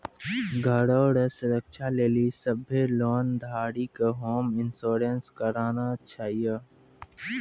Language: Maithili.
घरो के सुरक्षा के लेली सभ्भे लोन धारी के होम इंश्योरेंस कराना छाहियो